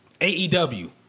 AEW